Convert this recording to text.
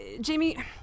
Jamie